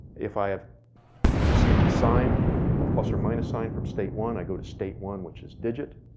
if i have received a sign, a plus or minus sign from state one. i go to state one, which is digit.